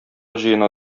җыена